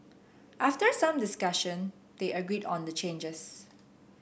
after some discussion they agreed on changes